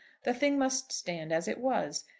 the thing must stand as it was.